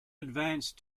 advanced